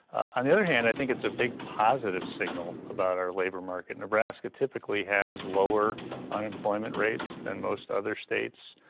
on the other hand, i think it's a big positive signal about our labor market. nebraska typically has lower unemployment rates than most other states,